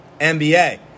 NBA